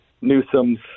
Newsom's